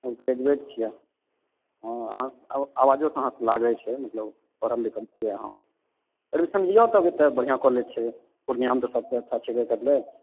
हम ग्रेजुएट छियै हँ अहाँके आवाजोसँ अहाँके लागैत छै मतलब पढ़ल लिखल छियै अहाँ एडमिशन लिअ तब तऽ बढ़िआँ कॉलेज छै पुर्णियाँमे तऽ सभसँ अच्छा छेबे करलै